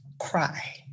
cry